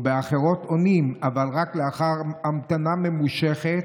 ובאחרות עונים אבל רק לאחר המתנה ממושכת,